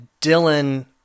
Dylan